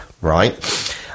right